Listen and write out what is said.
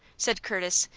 said curtis,